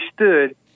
understood